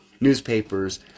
Newspapers